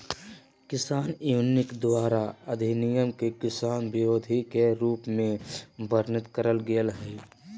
किसान यूनियन द्वारा अधिनियम के किसान विरोधी के रूप में वर्णित करल गेल हई